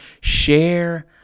share